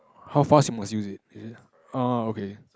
how fast you must use it is it orh okay